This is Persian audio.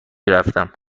رفتم